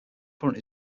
current